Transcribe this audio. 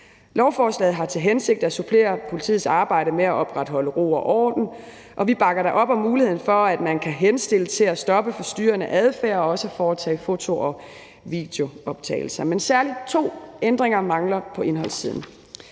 lovforslaget er at supplere politiets arbejde med at opretholde ro og orden, og vi bakker da op om muligheden for, at man kan henstille til at stoppe forstyrrende adfærd og også foretage foto- og videooptagelser. Men særlig to ændringer mangler på indholdssiden.